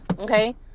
Okay